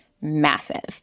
massive